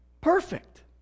perfect